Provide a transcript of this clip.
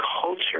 culture